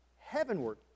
heavenward